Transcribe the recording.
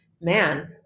man